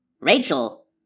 Rachel